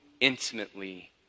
intimately